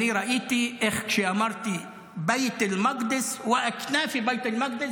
אני ראיתי איך כשאמרתי "בית אל-מקדס" (אומר בערבית:),